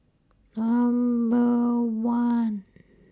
Number one